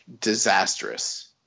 disastrous